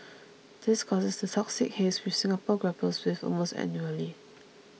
this causes the toxic haze which Singapore grapples with almost annually